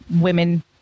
women